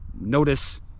Notice